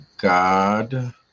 God